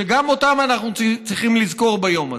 שגם אותם אנחנו צריכים לזכור ביום הזה.